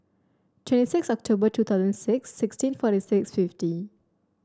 twenty six October two thousand six sixteen forty six fifty